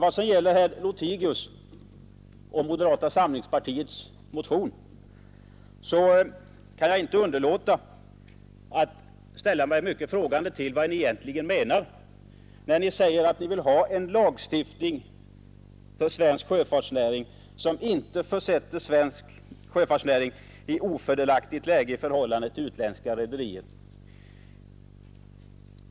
I vad sedan gäller herr Lothigius kan jag inte underlåta att ställa mig frågande till vad moderata samlingspartiet menar med sin motion när man säger att man vill ha en lagstiftning för svensk sjöfart som inte försätter svensk sjöfartsnäring i ett ofördelaktigt läge i förhållande till utlandet.